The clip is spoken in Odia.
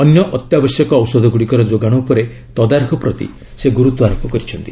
ଅନ୍ୟ ଅତ୍ୟାବଶ୍ୟକ ଔଷଧ ଗୁଡ଼ିକର ଯୋଗାଣ ଉପରେ ତଦାରଖ ପ୍ରତି ସେ ଗୁରୁତ୍ୱାରୋପ କରିଛନ୍ତି